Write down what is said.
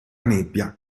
nebbia